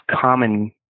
common